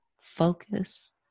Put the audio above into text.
focus